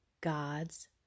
God's